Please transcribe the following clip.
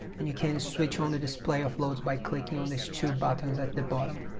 and you can switch on the display of loads by clicking on these two buttons at the bottom